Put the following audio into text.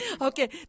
Okay